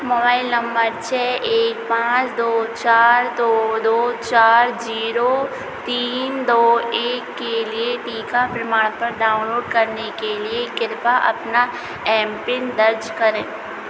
mobile नम्बर छः एक पाँच दो चार दो दो चार जीरो तीन दो एक के लिए टीका प्रमाणपत्र डाउनलोड करने के लिए कृपा अपना एम पिन दर्ज करें